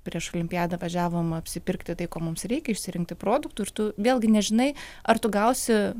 prieš olimpiadą važiavom apsipirkti tai ko mums reikia išsirinkti produktų ir tu vėlgi nežinai ar tu gausi